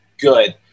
good